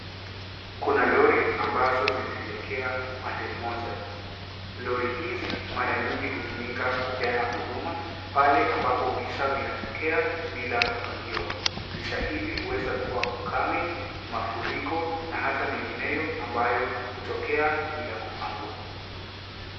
Kuna lori ambazo zinaelekea upande mmoja; lori hizi mara nyingi hutumika kupeana huduma pale ambapo visa vinatokea bila kupangiwa. Visa hivi huweza kuwa ukame, mafuriko na hata mengineo ambayo hutokea bila kupangwa.